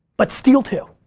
but steal too.